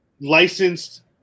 licensed